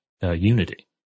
unity